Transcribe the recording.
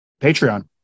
Patreon